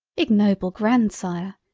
ignoble grand-sire!